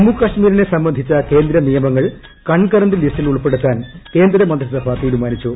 ജമ്മുകശ്മീരിനെ സ്ംബന്ധിച്ച കേന്ദ്ര നിയമങ്ങൾ കൺകറന്റ് ലിസ്റ്റിൽ ഉൾപ്പെടുത്താൻ കേന്ദ്രമന്ത്രിസഭ തീരുമാനിച്ചു